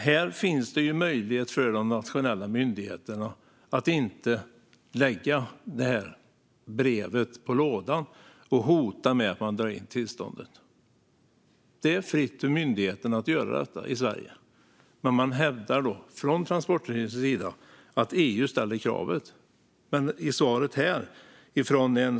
Det finns möjlighet för de nationella myndigheterna att avstå från att lägga ett brev på lådan där man hotar med att dra in tillståndet. Det är fritt för myndigheten i Sverige att göra detta. Man hävdar från Transportstyrelsens sida att EU ställer det kravet.